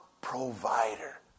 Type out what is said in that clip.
provider